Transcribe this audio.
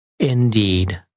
Indeed